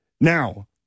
Now